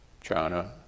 China